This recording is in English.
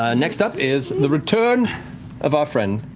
ah next up is the return of our friends,